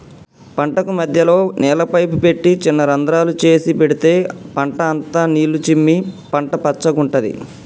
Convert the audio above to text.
పంటకు మధ్యలో నీళ్ల పైపు పెట్టి చిన్న రంద్రాలు చేసి పెడితే పంట అంత నీళ్లు చిమ్మి పంట పచ్చగుంటది